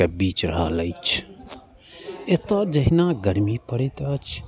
के बीच रहल अछि एतऽ जहिना गर्मी पड़ैत अछि